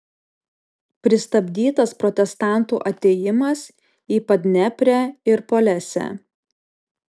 pristabdytas protestantų atėjimas į padneprę ir polesę